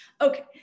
Okay